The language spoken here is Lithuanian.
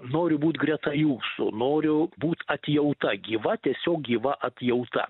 noriu būt greta jūsų noriu būt atjauta gyva tiesiog gyva atjauta